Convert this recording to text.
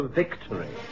victory